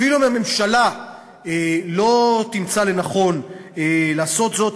אפילו אם הממשלה לא תמצא לנכון לעשות זאת,